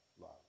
love